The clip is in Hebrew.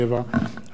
שהחזירה ועדת העבודה,